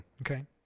Okay